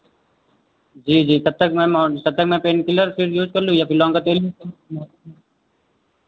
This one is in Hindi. जी जी तब तक मैं तब तक मैं पेन किलर यूज़ कर लूँ या फिर लौंग का तेल